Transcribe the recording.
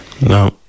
No